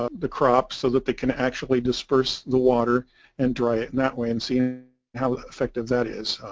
ah the crops so that they can actually disperse the water and dry it and that way and seeing how effective that is.